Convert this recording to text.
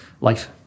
life